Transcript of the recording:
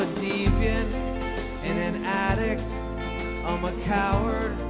ah deviant, and and an addict i'm a coward,